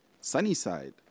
Sunnyside